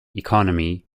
economy